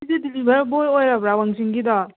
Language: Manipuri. ꯁꯤꯁꯤ ꯗꯤꯂꯤꯕꯔ ꯕꯣꯏ ꯑꯣꯏꯔꯕ꯭ꯔꯥ ꯋꯥꯡꯖꯤꯡꯒꯤꯗꯣ